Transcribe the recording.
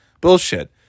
Bullshit